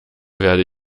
werde